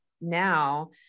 now